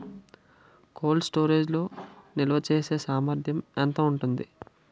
Cold storage లో నిల్వచేసేసామర్థ్యం ఎంత ఉంటుంది?